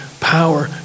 power